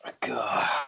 God